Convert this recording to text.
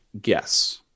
guess